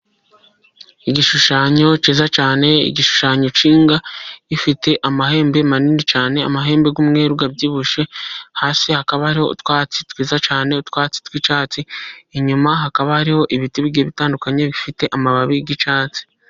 Igishushanyo cyiza cyane, igishushanyo cy'inka ifite amahembe manini cyane, amahembe y'umweru abyibushye, hasi hakaba utwatsi twiza cyane, utwatsi tw'icyatsi, inyuma hakaba hariho ibiti bigiye bitandukanye bifite amababi y'icyatsi.